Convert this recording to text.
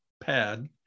pad